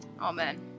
Amen